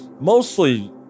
mostly